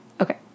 Okay